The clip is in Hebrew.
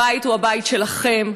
הבית הוא הבית שלכם,